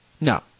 No